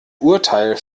urteil